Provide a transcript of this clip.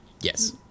Yes